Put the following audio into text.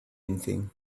anything